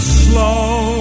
slow